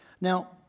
Now